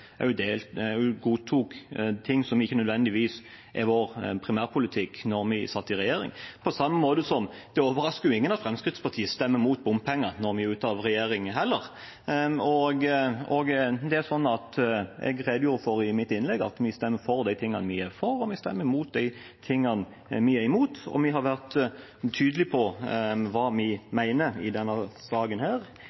godtok ting som ikke nødvendigvis er vår primærpolitikk – på samme måte som at det heller ikke overrasker noen at Fremskrittspartiet stemmer mot bompenger når vi er ute av regjering. Jeg redegjorde i mitt innlegg for at vi stemmer for de tingene vi er for, og vi stemmer imot de tingene vi er imot. Vi har i løpet av debatten vært tydelig på hva vi